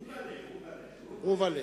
רובל'ה, רובל'ה.